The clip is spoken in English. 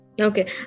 Okay